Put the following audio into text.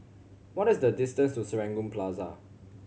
what is the distance to Serangoon Plaza